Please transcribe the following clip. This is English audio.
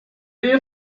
you